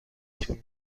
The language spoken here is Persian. طول